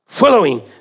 following